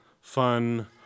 fun